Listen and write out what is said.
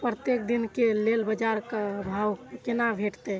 प्रत्येक दिन के लेल बाजार क भाव केना भेटैत?